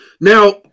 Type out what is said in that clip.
Now